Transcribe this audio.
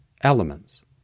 elements